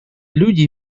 люди